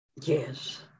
Yes